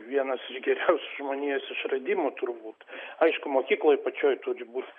vienas iš geriausių žmonijos išradimų turbūt aišku mokykloj pačioj turi būt